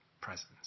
presence